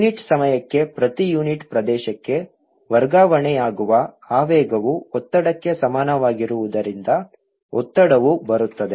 unit ಸಮಯಕ್ಕೆ ಪ್ರತಿ unit ಪ್ರದೇಶಕ್ಕೆ ವರ್ಗಾವಣೆಯಾಗುವ ಆವೇಗವು ಒತ್ತಡಕ್ಕೆ ಸಮಾನವಾಗಿರುವುದರಿಂದ ಒತ್ತಡವು ಬರುತ್ತದೆ